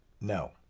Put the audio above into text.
No